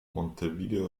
montevideo